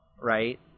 right